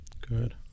good